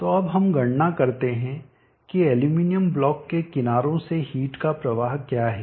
तो अब हम गणना करते हैं कि एल्यूमीनियम ब्लॉक के किनारों से हीट का प्रवाह क्या है